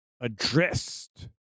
addressed